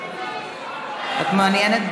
את מעוניינת?